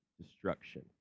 destruction